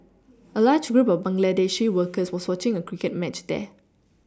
a large group of Bangladeshi workers was watching a cricket match there